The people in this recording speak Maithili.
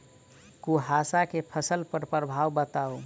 कुहासा केँ फसल पर प्रभाव बताउ?